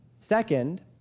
Second